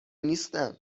نیستن